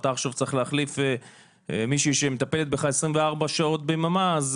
אתה עכשיו צריך להחליף מישהי שמטפלת בך 24 שעות ביממה אז